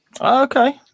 Okay